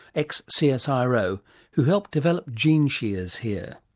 ex-csiro who helped develop gene-shears here